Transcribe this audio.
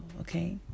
okay